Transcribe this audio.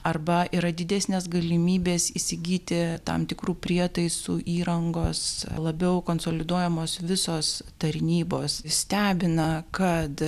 arba yra didesnės galimybės įsigyti tam tikrų prietaisų įrangos labiau konsoliduojamos visos tarnybos stebina kad